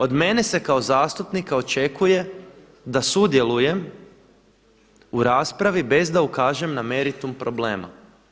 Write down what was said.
Od mene se kao zastupnika očekuje da sudjelujem u raspravi bez da ukažem na meritum problema.